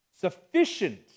sufficient